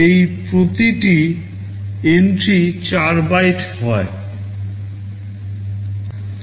এই প্রতিটি entry 4 byte হয়